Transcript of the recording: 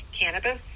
cannabis